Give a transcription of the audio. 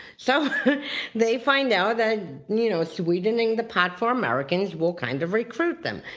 so they find now that you know sweetening the pot for americans will kind of recruit them.